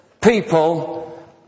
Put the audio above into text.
people